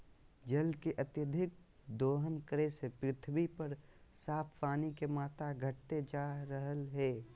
जल के अत्यधिक दोहन करे से पृथ्वी पर साफ पानी के मात्रा घटते जा रहलय हें